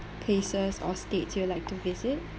places or states you'd like to visit